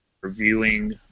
Reviewing